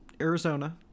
Arizona